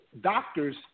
doctors